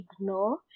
ignore